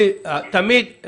קודם כול,